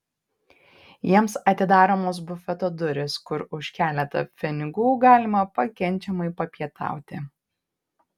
jiems atidaromos bufeto durys kur už keletą pfenigų galima pakenčiamai papietauti